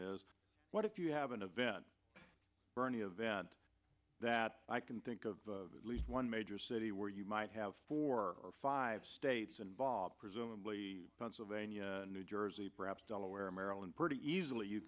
is what if you have an event bernie event that i can think of at least one major city where you might have four or five states involved presumably pennsylvania new jersey perhaps delaware maryland pretty easily you